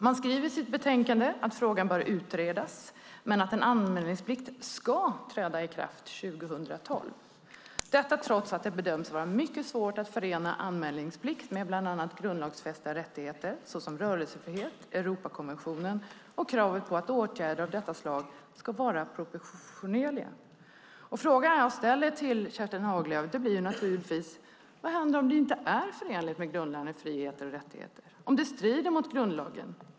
Man skriver i sitt betänkande att frågan bör utredas men att en anmälningsplikt ska träda i kraft 2012, detta trots att det bedöms vara mycket svårt att förena anmälningsplikt med bland annat grundlagsfästa rättigheter såsom rörelsefrihet, Europakonventionen och kravet på att åtgärder av detta slag ska vara proportionerliga. Frågan jag ställer till Kerstin Haglö blir naturligtvis: Vad händer om detta inte är förenligt med grundläggande friheter och rättigheter, om det strider mot grundlagen?